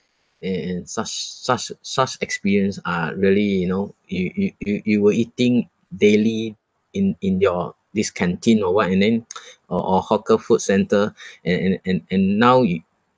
a~ and such such such experience are really you know you you you you were eating daily in in your this canteen or what and then or or hawker food centre and and and and now you